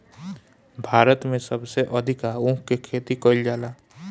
भारत में सबसे अधिका ऊख के खेती कईल जाला